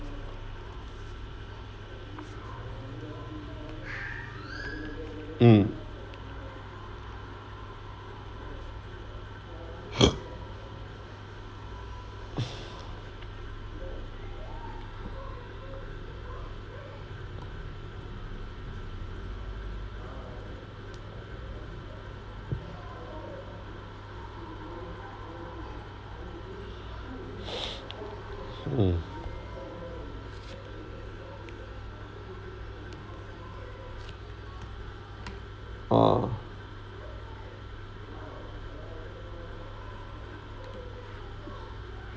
mm mm ah